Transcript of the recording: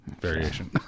variation